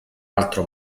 altro